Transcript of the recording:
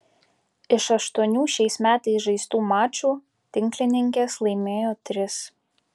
iš aštuonių šiais metais žaistų mačų tinklininkės laimėjo tris